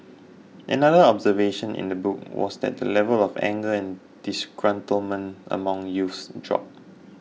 another observation in the book was that the level of anger and disgruntlement among youth dropped